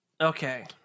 Okay